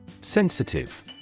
Sensitive